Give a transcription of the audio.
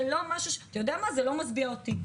זה אפילו לא משביע אותי.